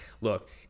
look